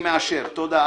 תודה.